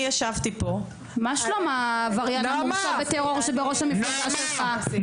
אני ישבתי פה -- מה שלום העבריין מורשע בטרור שבראש המפלגה שלך?